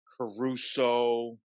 caruso